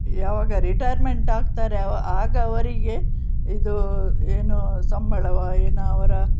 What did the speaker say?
ಯಾವಾಗ ರಿಟೈರ್ಮೆಂಟ್ ಆಗ್ತಾರೆ ಅವ್ ಆಗ ಅವರಿಗೆ ಇದು ಏನು ಸಂಬಳವೋ ಏನೋ ಅವರ